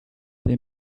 they